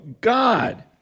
God